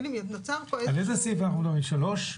על איזה סעיף אנחנו מדברים, 3?